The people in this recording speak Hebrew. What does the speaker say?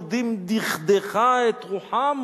ותחבולת דכדכה את רוחם"